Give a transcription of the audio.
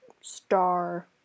star